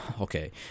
Okay